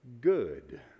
Good